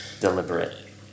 deliberate